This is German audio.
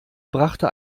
brachte